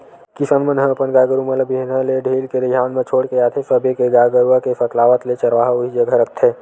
किसान मन ह अपन गाय गरु मन ल बिहनिया ले ढील के दईहान म छोड़ के आथे सबे के गाय गरुवा के सकलावत ले चरवाहा उही जघा रखथे